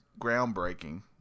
groundbreaking